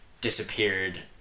disappeared